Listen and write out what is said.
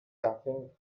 coughing